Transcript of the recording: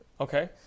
Okay